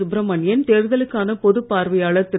சுப்ரமணியன் தேர்தலுக்கான பொதுப் பார்வையாளர் திரு